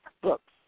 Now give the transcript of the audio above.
books